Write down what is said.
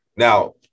Now